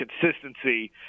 consistency